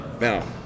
Now